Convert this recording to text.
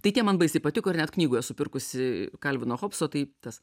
tai tie man baisiai patiko ir net knygų esu pirkusi kalvino hobso tai tas